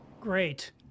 Great